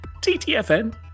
TTFN